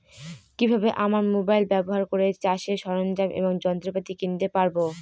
কি ভাবে আমরা মোবাইল ব্যাবহার করে চাষের সরঞ্জাম এবং যন্ত্রপাতি কিনতে পারবো?